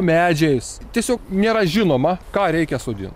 medžiais tiesiog nėra žinoma ką reikia sodint